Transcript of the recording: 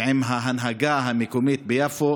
עם ההנהגה המקומית ביפו